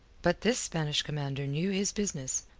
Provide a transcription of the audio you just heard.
but this spanish commander knew his business,